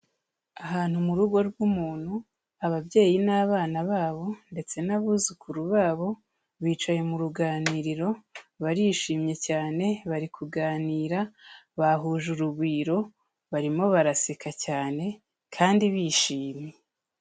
Ahantu mu rugo rw'umuntu ababyeyi n'abana babo ndetse n'abuzukuru babo bicaye mu ruganiriro, barishimye cyane bari kuganira bahuje urugwiro, barimo baraseka cyane kandi bishimye.